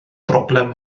broblem